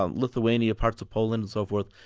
um lithuania, parts of poland and so forth,